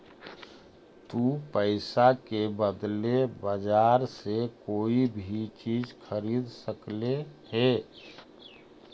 तु पईसा के बदले बजार से कोई भी चीज खरीद सकले हें